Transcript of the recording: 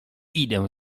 idę